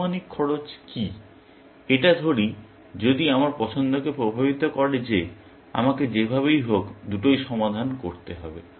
আনুমানিক খরচ কি এটা ধরি যদি আমার পছন্দকে প্রভাবিত করে যে আমাকে যেভাবেই হোক দুটোই সমাধান করতে হবে